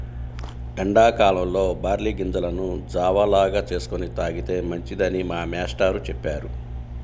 ఎండా కాలంలో బార్లీ గింజలను జావ లాగా చేసుకొని తాగితే మంచిదని మా మేష్టారు చెప్పారు